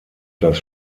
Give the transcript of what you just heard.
das